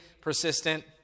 persistent